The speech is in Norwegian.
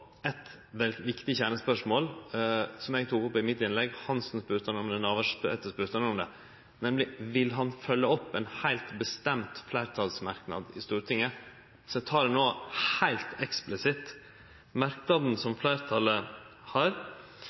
viktig kjernespørsmål, som eg tok opp i mitt innlegg, Hansen spurde han om det, og Navarsete spurde han om det, nemleg om han vil følgje opp ein heilt bestemd fleirtalsmerknad i Stortinget. Så eg tek det no heilt eksplisitt. Merknaden